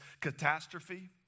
catastrophe